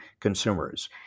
consumers